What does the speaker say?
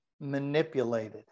manipulated